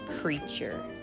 creature